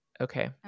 okay